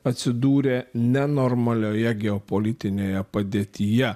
atsidūrė nenormalioje geopolitinėje padėtyje